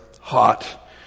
hot